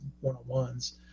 one-on-ones